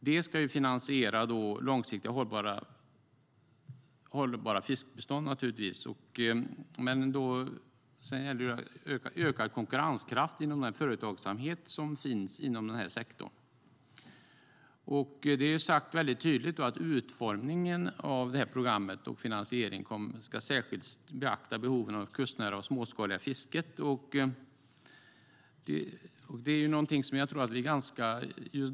Det ska finansiera långsiktiga hållbara fiskebestånd och öka konkurrenskraften inom den företagsamhet som finns i den här sektorn. Det är tydligt uttalat att finansieringen och vid utformningen av programmet ska behovet av kustnära och småskaligt fiske särskilt beaktas.